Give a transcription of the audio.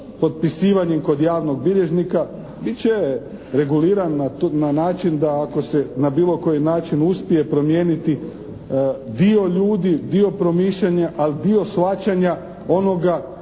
potpisivanjem kod javnog bilježnika. Bit će reguliran na način da ako se na bilo koji način uspije promijeniti dio ljudi, dio promišljanja ali dio shvaćanja onoga